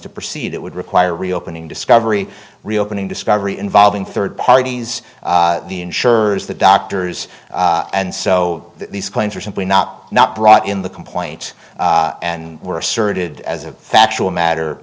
to proceed it would require reopening discovery reopening discovery involving third parties the insurers the doctors and so these claims are simply not not brought in the complaints were asserted as a factual matter